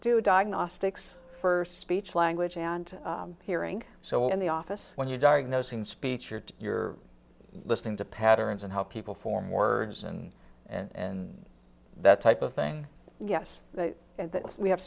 do diagnostics for speech language and hearing so in the office when you diagnosing speech or you're listening to patterns and how people form words and and that type of thing yes and we have